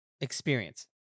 experience